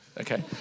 okay